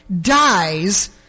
dies